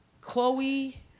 chloe